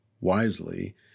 wisely